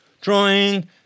drawing